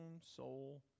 soul